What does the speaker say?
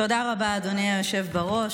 תודה רבה, אדוני היושב-ראש.